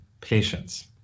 patience